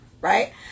right